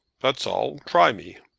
that's all. try me.